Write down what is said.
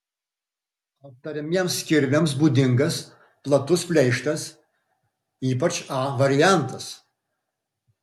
aptariamiems kirviams būdingas platus pleištas ypač a variantas